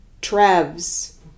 Trev's